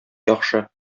яхшы